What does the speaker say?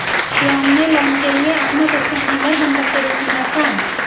श्याम ने लोन के लिए अपना पुश्तैनी घर बंधक के रूप में रखा